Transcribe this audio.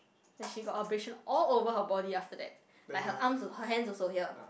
then she got abrasion all over her body after that like her arms also her hands also here